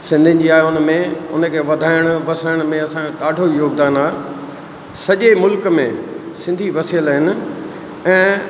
सिंधियुनि जी आहे उनमें उनखे वधाइणु वसण में असांजो ॾाढो योगदान आहे सॼे मुल्क़ में सिंधी वसियल आहिनि ऐं